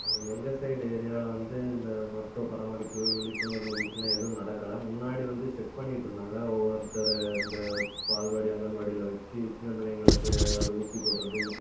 அது எங்கள் சைடு ஏரியாவில் வந்து இந்த மற்ற பராமரிப்பு விழிப்புணர்வு நிகழ்ச்சிலாம் எதுவும் நடக்கல முன்னாடி வந்து செக் பண்ணிட்டு இருந்தாங்க ஒவ்வொருத்தர் இந்த பால்வாடி அங்கன்வாடியில் வச்சு சின்ன பிள்ளைங்களுக்கு எதாவது ஊசி போடுகிறது